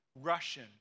Russian